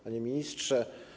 Panie Ministrze!